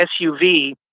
SUV